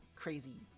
crazy